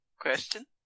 Question